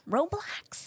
Roblox